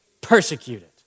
Persecuted